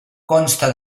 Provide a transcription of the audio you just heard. consta